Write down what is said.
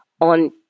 on